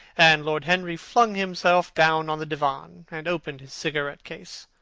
and lord henry flung himself down on the divan and opened his cigarette-case.